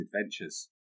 adventures